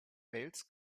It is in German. wales